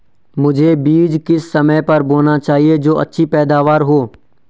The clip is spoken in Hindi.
मुझे बीज किस समय पर बोना चाहिए जो अच्छी पैदावार हो?